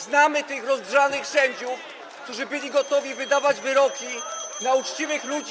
Znamy tych rozgrzanych sędziów, którzy byli gotowi wydawać wyroki na uczciwych ludzi.